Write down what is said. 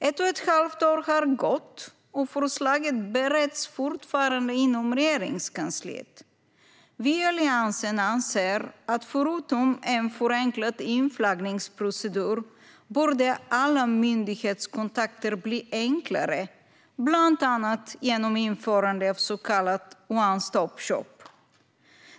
Ett och ett halvt år har gått, och förslaget bereds fortfarande inom Regeringskansliet. Vi i Alliansen anser att förutom en förenklad inflaggningsprocedur borde alla myndighetskontakter bli enklare, bland annat genom införande av en så kallad one-stop-shop.